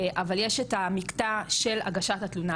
אבל יש את המקטע של הגשת התלונה,